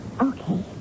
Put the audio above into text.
Okay